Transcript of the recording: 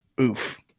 Oof